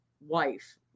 wife